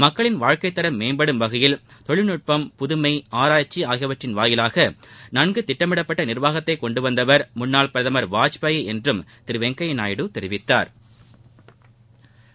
மக்களின் வாழ்க்கைத்தரம் மேம்படும் வகையில் தொழில்நுட்பம் புதுமை ஆராய்ச்சி ஆகியவற்றின் வாயிலாக நன்கு திட்டமிடப்பட்ட நிர்வாகத்தை கொண்டுவந்தவர் முன்னாள் பிரதமர் வாஜ்பாய் என்றும் திரு வெங்கையா நாயுடு தெரிவித்தாா்